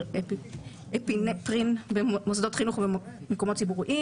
אפינפרין במוסדות חינוך ובמקומות ציבוריים,